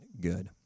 good